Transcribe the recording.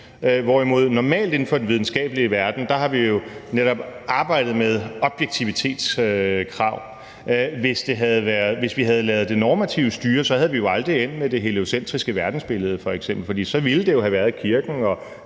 normalt inden for den videnskabelige verden jo netop har arbejdet med objektivitetskrav. Hvis vi havde ladet det normative styre, var vi jo f.eks. aldrig endt med det heliocentriske verdensbillede, for så ville det jo have været kirken